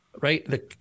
right